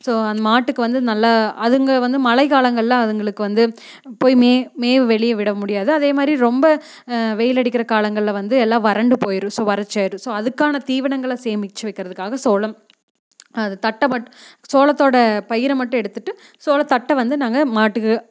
so அந்த மாட்டுக்கு வந்து நல்லா அதுங்கள் வந்து மழைகாலங்களில் அதுங்களுக்கு வந்து போய் மேய வெளியே விட முடியாது அதேமாதிரி ரொம்ப வெயில் அடிக்கிற காலங்களில் வந்து எல்லாம் வறண்டு போயிடும் ஸோ வறட்சியாகிரும் ஸோ அதுக்கான தீவனங்களை சேமித்து வைக்கிறதுக்காக சோளம் அது தட்டபட்டை சோளத்தோட பயிரை மட்டும் எடுத்துட்டு சோளத்தட்டை வந்து நாங்கள் மாட்டுக்கு